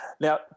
Now